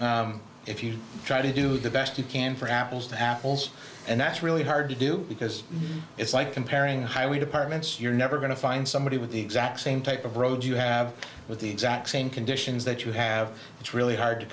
it if you try to do the best you can for apples to apples and that's really hard to do because it's like comparing highway departments you're never going to find somebody with the exact same type of road you have with the exact same conditions that you have it's really hard to